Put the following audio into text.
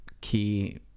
key